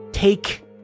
take